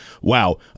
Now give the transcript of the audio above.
wow